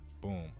boom